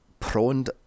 prawned